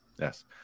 Yes